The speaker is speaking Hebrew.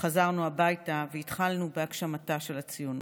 חזרנו הביתה והתחלנו בהגשמתה של הציונות.